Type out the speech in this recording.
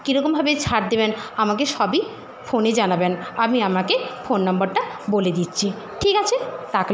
কিরকমভাবে ছাড় দেবেন আমাকে সবই ফোনে জানাবেন ফোন নম্বরটা বলে দিচ্ছি ঠিক আছে